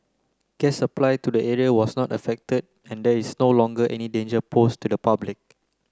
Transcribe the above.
gas supply to the area was not affected and there is no longer any danger posed to the public